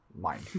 mind